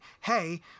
hey